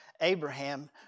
Abraham